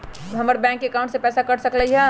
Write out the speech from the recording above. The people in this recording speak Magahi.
हमर बैंक अकाउंट से पैसा कट सकलइ ह?